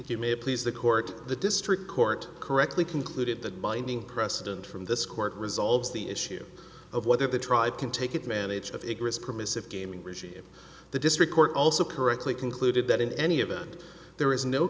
you may it please the court the district court correctly concluded that binding precedent from this court resolves the issue of whether the tribe can take advantage of ignorance permissive gaming regime the district court also correctly concluded that in any event there is no